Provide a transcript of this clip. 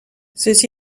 ceci